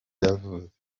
yavutse